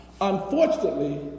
Unfortunately